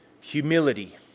humility